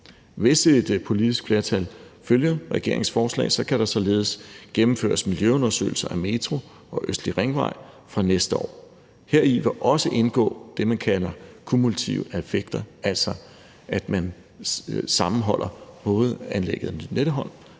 Hvis et politisk flertal følger regeringens forslag, kan der således gennemføres miljøundersøgelser af metro og Østlig Ringvej fra næste år. Heri vil også indgå det, man kalder kumulative effekter, altså at man sammenholder både anlægget om Lynetteholm